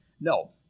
No